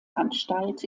anstalt